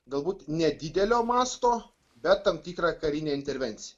galbūt nedidelio masto bet tam tikrą karinę intervenciją